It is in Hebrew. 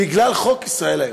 בגלל חוק "ישראל היום"